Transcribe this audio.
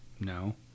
no